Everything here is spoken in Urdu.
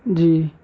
جی